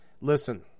Listen